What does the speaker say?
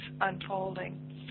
unfolding